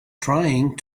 trying